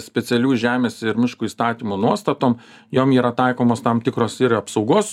specialių žemės ir miškų įstatymo nuostatom jom yra taikomos tam tikros ir apsaugos